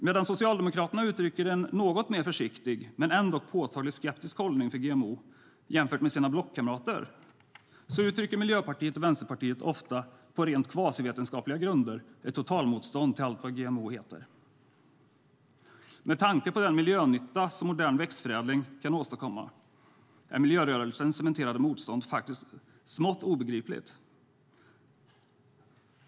Medan Socialdemokraterna uttrycker en något mer försiktig men ändå påtagligt skeptisk hållning till GMO jämfört med sina blockkamrater, uttrycker Miljöpartiet och Vänsterpartiet, ofta på rent kvasivetenskapliga grunder, ett totalmotstånd mot allt vad GMO heter. Med tanke på den miljönytta som modern växtförädling kan åstadkomma är miljörörelsens cementerade motstånd faktiskt smått obegripligt.